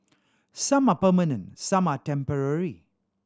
some are permanent some are temporary